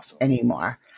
anymore